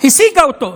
השיגה אותו.